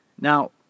Now